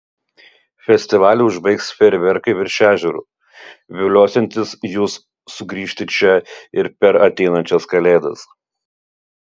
festivalį užbaigs fejerverkai virš ežero viliosiantys jus sugrįžti čia ir per ateinančias kalėdas